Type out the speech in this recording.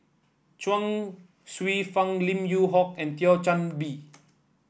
Chuang Hsueh Fang Lim Yew Hock and Thio Chan Bee